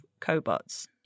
Cobots